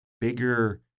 bigger